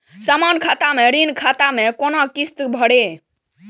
समान खाता से ऋण खाता मैं कोना किस्त भैर?